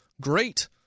great